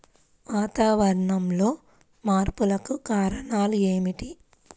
వాతావరణంలో మార్పులకు కారణాలు ఏమిటి?